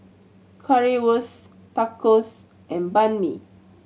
Currywurst Tacos and Banh Mi